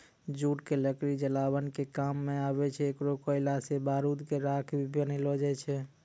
jute के लकड़ी जलावन के काम मॅ आवै छै, एकरो कोयला सॅ बारूद के राख भी बनैलो जाय छै